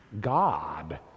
God